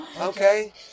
Okay